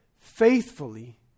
faithfully